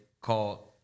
called